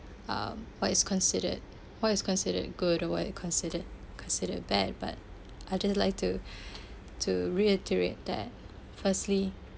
um what is considered what is considered good or what is considered considered bad but I'd just like to to reiterate that firstly